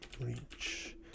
reach